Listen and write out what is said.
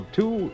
two